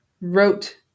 wrote